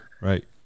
Right